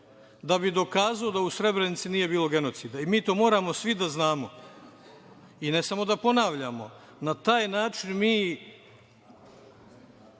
da bi dokazao da u Srebrenici nije bilo genocida? Mi to moramo svi da znamo i ne samo da ponavljamo. Na taj način mi